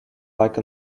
like